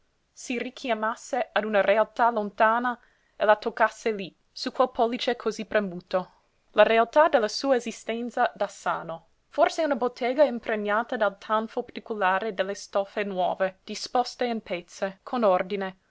si richiamasse a una realtà lontana e la toccasse lí su quel pollice cosí premuto la realtà della sua esistenza da sano forse una bottega impregnata dal tanfo particolare delle stoffe nuove disposte in pezze con ordine